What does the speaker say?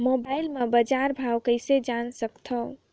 Mobile म बजार भाव कइसे जान सकथव?